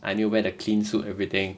I need to wear the clean suit everything